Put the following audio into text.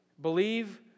believe